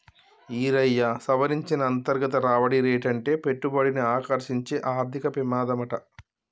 ఈరయ్యా, సవరించిన అంతర్గత రాబడి రేటంటే పెట్టుబడిని ఆకర్సించే ఆర్థిక పెమాదమాట